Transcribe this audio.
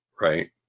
Right